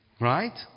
Right